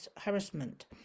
harassment